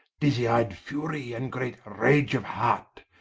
dizzie-ey'd furie, and great rage of heart,